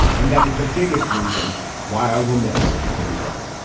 and that is the biggest reason why i will miss kobe bryant